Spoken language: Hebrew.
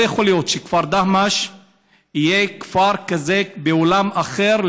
לא יכול להיות שהכפר דהמש יהיה כפר כזה בעולם אחר,